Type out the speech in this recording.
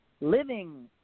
Living